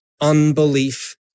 unbelief